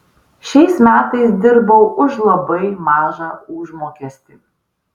šiais metais dirbau už labai mažą užmokestį